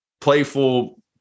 playful